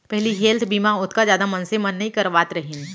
पहिली हेल्थ बीमा ओतका जादा मनसे मन नइ करवात रहिन